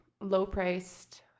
low-priced